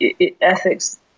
ethics